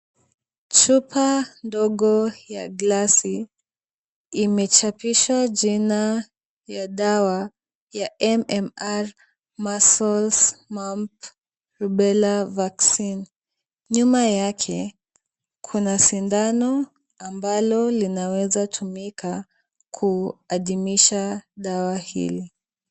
Chupa ndogo ya glasi imechapishwa jina ya dawa ya MMR, measles, mumps, rubella vaccine . Nyuma yake kuna sindano ambalo linawezatumika kuadimisha dawa hili.